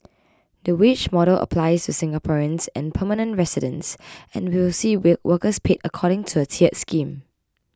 the wage model applies to Singaporeans and permanent residents and will see we workers paid according to a tiered scheme